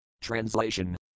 Translation